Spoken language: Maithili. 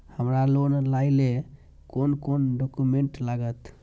हमरा लोन लाइले कोन कोन डॉक्यूमेंट लागत?